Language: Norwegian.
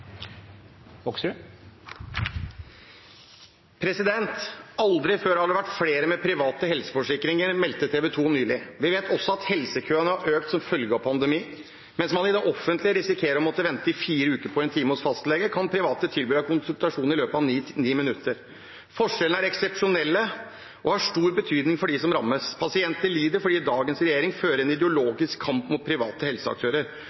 Aldri før har det vært flere med private helseforsikringer, meldte TV 2 nylig. Vi vet også at helsekøene har økt som følge av pandemien. Mens man i det offentlige risikerer å måtte vente i fire uker på en time hos fastlege, kan private tilby konsultasjon i løpet av 9 minutter. Forskjellene er eksepsjonelle og har stor betydning for dem som rammes. Pasienter lider fordi dagens regjering fører en ideologisk kamp mot private helseaktører,